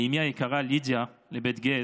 אימי היקרה לידיה לבית גז,